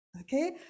Okay